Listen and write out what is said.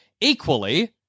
equally